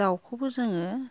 दावखौबो जोङो